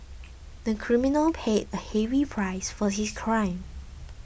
the criminal paid a heavy price for his crime